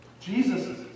Jesus